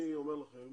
אני אומר לכם